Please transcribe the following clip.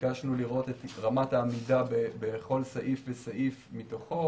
ביקשנו לראות את רמת העמידה בכל סעיף וסעיף מתוכו.